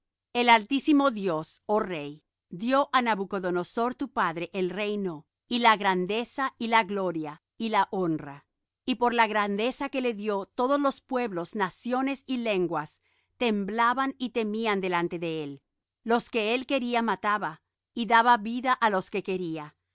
el altísimo dios oh rey dió á nabucodonosor tu padre el reino y la grandeza y la gloria y la honra y por la grandeza que le dió todos los pueblos naciones y lenguas temblaban y temían delante de él los que él quería mataba y daba vida á los que quería